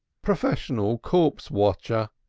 professional corpse-watcher,